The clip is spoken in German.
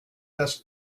das